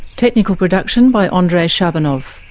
technical production by andrei shabunov,